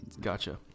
Gotcha